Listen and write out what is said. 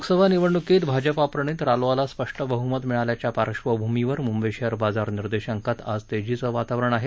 लोकसभा निवडणूकीत भाजपाप्रणित रालोआला स्पष्ट बहमत मिळाल्याच्या पार्श्वभूमीवर मुंबई शेअर बाजार निर्दशाकांत आज तेजीचं वातावरण आहे